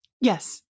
yes